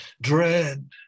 Dread